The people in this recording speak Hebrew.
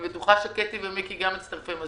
אני בטוחה שקטי ומיקי גם מצטרפים.